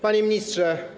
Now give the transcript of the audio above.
Panie Ministrze!